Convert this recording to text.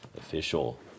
official